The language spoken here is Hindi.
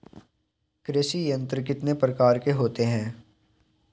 कृषि यंत्र कितने प्रकार के होते हैं?